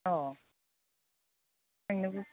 अह थांनोबो